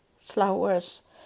flowers